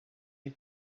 you